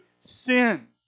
sin